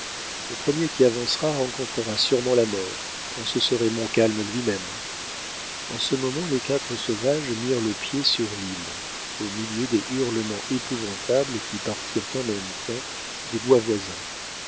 le premier qui avancera rencontrera sûrement la mort quand ce serait montcalm lui-même en ce moment les quatre sauvages mirent le pied sur l'île au milieu des hurlements épouvantables qui partirent en même temps des bois voisins